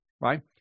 Right